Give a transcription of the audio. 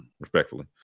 Respectfully